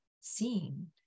seeing